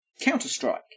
Counter-Strike